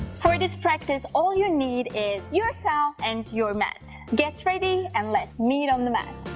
for this practice all you need is yourself and your mat get ready and let's meet on the mat,